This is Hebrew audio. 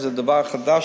זה דבר חדש,